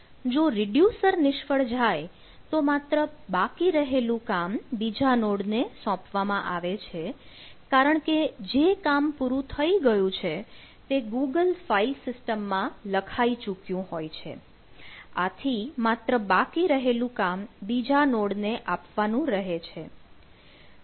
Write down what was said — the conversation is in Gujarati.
જો રિડ્યુસર નિષ્ફળ જાય તો માત્ર બાકી રહેલું કામ બીજા નોડ ને સોંપવામાં આવે છે કારણકે જે કામ પૂરું થઇ ગયું છે તે ગૂગલ ફાઇલ સિસ્ટમ માં લખાઈ ચૂક્યું હોય છે આથી માત્ર બાકી રહેલું કામ બીજા નોડ ને આપવાનું રહે છે